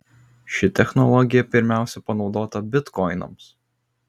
ši technologija pirmiausia panaudota bitkoinams